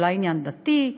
אולי עניין דתי,